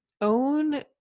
own